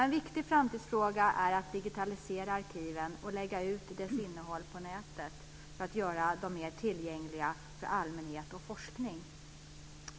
En viktig framtidsfråga är att digitalisera arkiven och lägga ut deras innehåll på nätet för att göra dem mer tillgängliga för allmänhet och forskning.